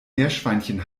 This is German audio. meerschweinchen